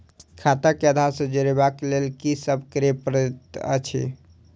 खाता केँ आधार सँ जोड़ेबाक लेल की सब करै पड़तै अछि?